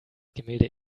gemälde